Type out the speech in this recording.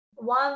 One